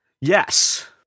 Yes